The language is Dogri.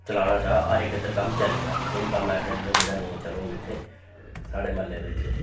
चलाना चाह् हर इक इद्धर कम्म चलेगा कोई कम्म ऐसा नेईं ऐ जेह्ड़ा नेईं चलेगा इत्थें साढ़े म्हल्ले बिच्च